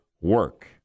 work